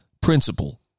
principle